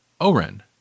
Oren